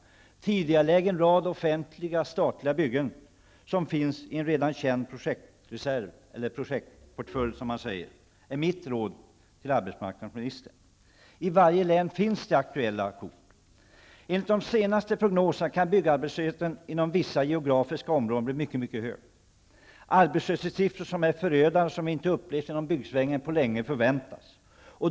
Tidigarelägg en rad offentliga, statliga byggen, som finns i en redan känd projektreserv, eller projektportfölj, som man säger. Detta är mitt råd till arbetsmarknadsministern. I varje län finns det aktuella projekt. Enligt de senaste prognoserna kan byggarbetslösheten inom vissa geografiska områden bli mycket hög. Arbetslöshetssiffror som är förödande, som inte har upplevts inom byggsvängen på länge, förväntas.